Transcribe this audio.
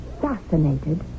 fascinated